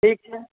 ठीक छै